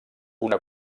una